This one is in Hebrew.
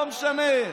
לא משנה,